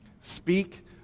Speak